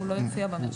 הוא לא יופיע בכלל.